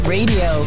Radio